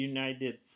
United